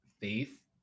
faith